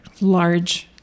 large